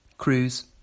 Cruise